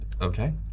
Okay